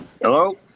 Hello